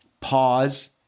Pause